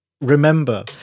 remember